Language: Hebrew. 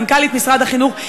מנכ"לית משרד החינוך,